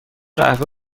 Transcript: قهوه